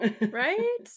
Right